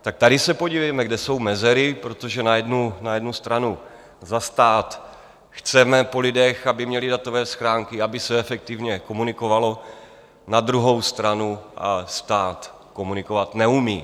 Tak tady se podívejme, kde jsou mezery, protože na jednu stranu za stát chceme po lidech, aby měli datové schránky, aby se efektivně komunikovalo, na druhou stranu stát komunikovat neumí.